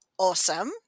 Awesome